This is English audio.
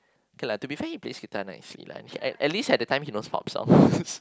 okay lah to be fair he plays guitar nice okay lah at at least at that time he knows pop songs